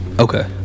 Okay